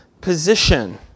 position